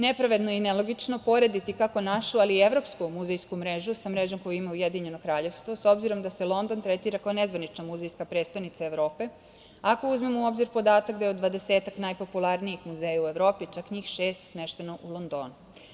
Nepravedno i nelogično je porediti kako našu, ali i evropsku muzejsku mrežu sa mrežom koje ima Ujedinjeno kraljevstvo, s obzirom da se London tretira kao nezvanična muzejska predstonica Evrope, ako uzmemo u obzir podatak da je od dvadesetak najpopularnijih muzeja u Evropi, čak njih šest smešteno u Londonu.